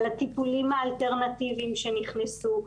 על הטיפולים האלטרנטיביים שנכנסו,